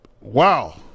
wow